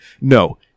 No